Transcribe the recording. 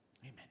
Amen